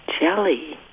Jelly